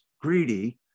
greedy